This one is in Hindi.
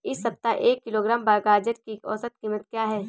इस सप्ताह एक किलोग्राम गाजर की औसत कीमत क्या है?